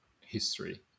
history